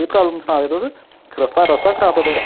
केह् प्राबल्म सना दे तुस रस्ता रस्ता खराब ऐ थुआढ़ा